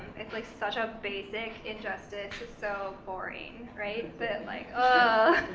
it's like such a basic injustice. it's so boring, right? that like, oh,